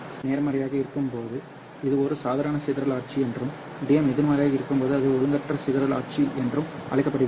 Dm நேர்மறையாக இருக்கும்போது இது ஒரு சாதாரண சிதறல் ஆட்சி என்றும் Dm எதிர்மறையாக இருக்கும்போது அது ஒழுங்கற்ற சிதறல் ஆட்சி என்றும் அழைக்கப்படுகிறது